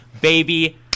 baby